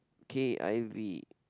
k_i_v